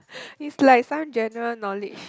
it's like some general knowledge